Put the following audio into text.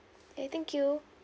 yeah thank you